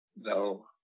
No